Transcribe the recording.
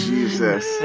Jesus